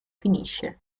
finisce